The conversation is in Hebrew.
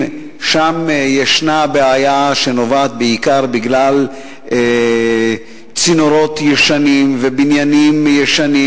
יש בעיה שקיימת בעיקר בגלל צינורות ישנים ובניינים ישנים.